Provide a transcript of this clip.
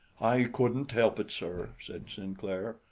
i couldn't help it, sir, said sinclair.